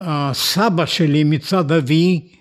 ‫הסבא שלי מצד אבי...